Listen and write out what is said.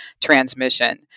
transmission